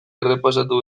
errepasatu